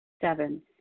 Seven